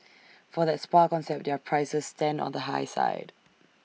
for that spa concept their prices stand on the high side